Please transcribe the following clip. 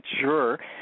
sure